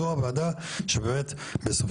לא לוותר, כל הזמן לעבוד ולהתקדם.